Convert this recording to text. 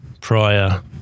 prior